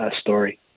story